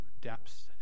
depths